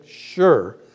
sure